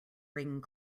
ring